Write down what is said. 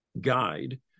guide